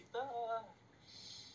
kita err